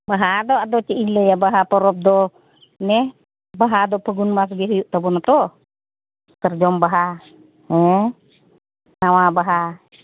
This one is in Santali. ᱵᱟᱦᱟ ᱫᱚ ᱟᱫᱚ ᱪᱮᱫ ᱤᱧ ᱞᱟᱹᱭᱟ ᱵᱟᱦᱟ ᱯᱚᱨᱚᱵ ᱫᱚ ᱱᱮ ᱵᱟᱦᱟ ᱫᱚ ᱯᱷᱟᱹᱜᱩᱱ ᱢᱟᱥᱜᱮ ᱦᱩᱭᱩᱜ ᱛᱟᱵᱩᱱ ᱛᱚ ᱥᱟᱨᱡᱚᱢ ᱵᱟᱦᱟ ᱦᱮᱸ ᱱᱟᱣᱟ ᱵᱟᱦᱟ